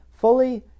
fully